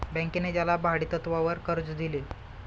बँकेने त्याला भाडेतत्वावर कर्ज दिले